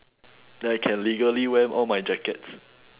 then I can legally wear all my jackets